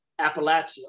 Appalachia